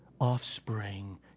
offspring